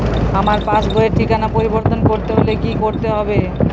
আমার পাসবই র ঠিকানা পরিবর্তন করতে হলে কী করতে হবে?